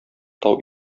тау